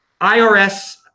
IRS